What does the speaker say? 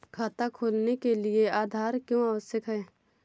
खाता खोलने के लिए आधार क्यो आवश्यक है?